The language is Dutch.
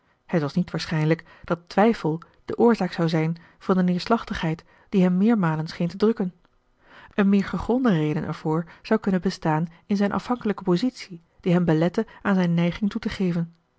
het was niet waarschijnlijk dat twijfel de oorzaak zou zijn van de neerslachtigheid die hem meermalen scheen te drukken een meer gegronde reden ervoor zou kunnen bestaan in zijn afhankelijke positie die hem belette aan zijne neiging toe te geven